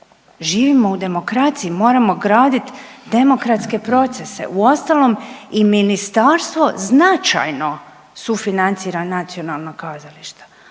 Živimo u demokraciji, moramo graditi demokratske procese. Uostalom, i Ministarstvo značajno sufinancira nacionalna kazališta,